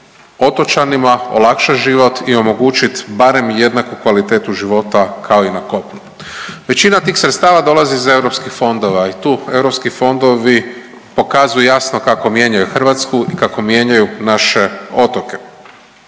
otočanima olakšat život i omogućit barem jednaku kvalitetu života kao i na kopnu. Većina tih sredstava dolazi iz eu fondova i tu eu fondovi pokazuju jasno kako mijenjaju Hrvatsku i kako mijenjaju naše otoke.